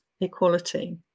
equality